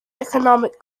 economic